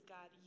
God